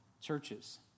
churches